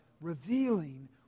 revealing